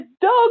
dog